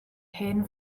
hen